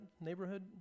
neighborhood